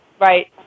Right